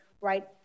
right